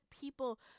people